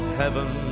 heaven